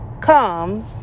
comes